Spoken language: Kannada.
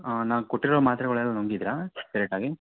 ಹಾಂ ನಾ ಕೊಟ್ಟಿರೋ ಮಾತ್ರೆಗಳೆಲ್ಲ ನುಂಗಿದ್ದಿರಾ ಕರೆಕ್ಟಾಗಿ